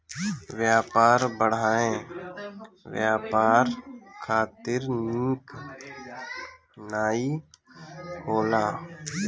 व्यापार बाधाएँ व्यापार खातिर निक नाइ होला